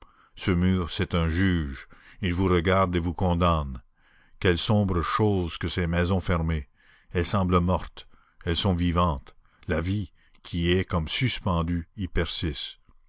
ce mur c'est un juge il vous regarde et vous condamne quelle sombre chose que ces maisons fermées elles semblent mortes elles sont vivantes la vie qui y est comme suspendue y persiste